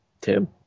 Tim